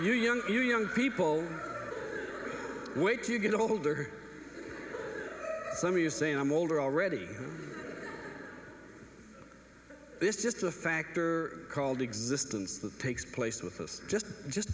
you young you young people wait to get older some of you say i'm older already this just a factor called existence that takes place with us just just